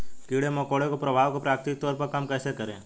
कीड़े मकोड़ों के प्रभाव को प्राकृतिक तौर पर कम कैसे करें?